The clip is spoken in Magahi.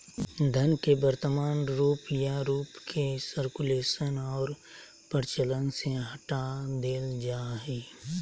धन के वर्तमान रूप या रूप के सर्कुलेशन और प्रचलन से हटा देल जा हइ